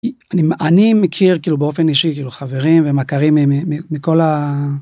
אני מכיר כאילו באופן אישי כאילו חברים ומכרים מכל.